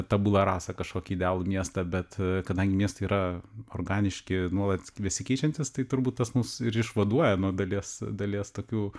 tabula rasa kažkokį idealų miestą bet kadangi miestai yra organiški nuolat besikeičiantys tai turbūt tas mus ir išvaduoja nuo dalies dalies tokių